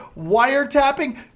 wiretapping